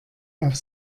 auf